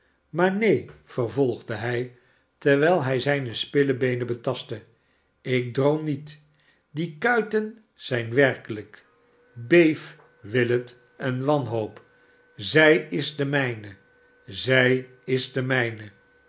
maar neen vervolgde hij terwijl hij zijne spillebeenen betastte ik droom niet die kuiten zijn werkelijk beef willet en wanhoop zij is de mijne zij is de mijne